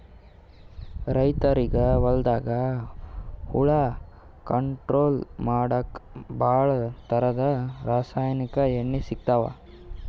ರೈತರಿಗ್ ಹೊಲ್ದಾಗ ಹುಳ ಕಂಟ್ರೋಲ್ ಮಾಡಕ್ಕ್ ಭಾಳ್ ಥರದ್ ರಾಸಾಯನಿಕ್ ಎಣ್ಣಿ ಸಿಗ್ತಾವ್